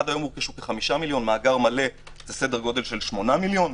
עד היום הורכשו כ-5 מיליון מאגר מלא זה סדר גודל של 8 מיליון.